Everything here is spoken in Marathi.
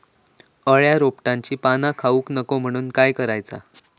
अळ्या रोपट्यांची पाना खाऊक नको म्हणून काय करायचा?